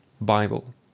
Bible